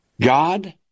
God